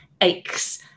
aches